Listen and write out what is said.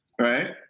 right